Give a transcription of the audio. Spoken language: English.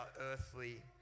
earthly